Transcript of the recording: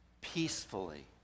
peacefully